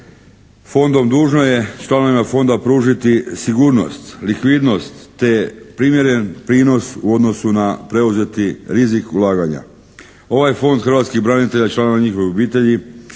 fondom dužno je članovima fonda pružiti sigurnost, likvidnost te primjeren prinos u odnosu na preuzeti rizik ulaganja. Ovaj Fond hrvatskih branitelja i članova njihovih obitelji